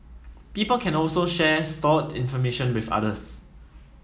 people can also share stored information with others